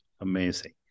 Amazing